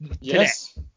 Yes